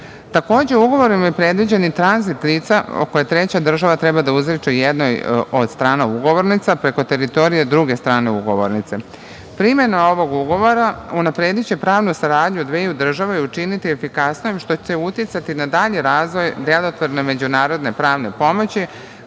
ugovorom je predviđen i tranzit lica koje treća država treba da izriče jednoj od strana ugovornica preko teritorije druge strane ugovornice. Primena ovog ugovora unaprediće pravnu saradnju dveju država i učiniti je efikasnijom, što će uticati na dalji razvoj delotvorne međunarodne pravne pomoći,